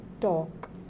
talk